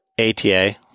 ATA